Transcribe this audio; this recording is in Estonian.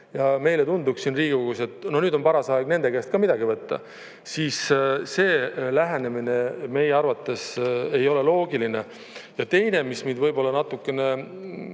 ja meile tundub siin Riigikogus, et nüüd on paras aeg nende käest ka midagi võtta, siis see lähenemine meie arvates ei ole loogiline. Ja teine, mis mind võib-olla natukene